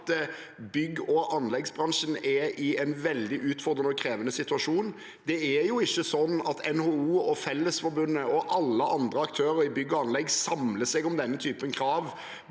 at byggog anleggsbransjen er i en veldig utfordrende og krevende situasjon. Det er jo ikke sånn at NHO og Fellesforbundet og alle andre aktører i bygg og anlegg samler seg om denne typen krav